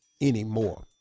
anymore